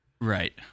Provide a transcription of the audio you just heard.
Right